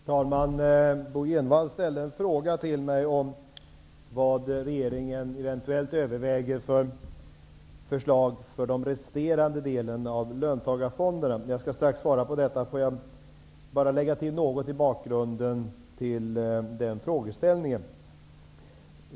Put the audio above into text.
Herr talman! Bo G Jenevall ställde en fråga till mig om vad regeringen eventuellt överväger att föreslå beträffande den resterande delen av löntagarfonderna. Jag skall strax svara på detta. Jag vill dock först tillägga något om bakgrunden till frågeställningen.